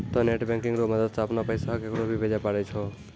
तोंय net banking रो मदद से अपनो पैसा केकरो भी भेजै पारै छहो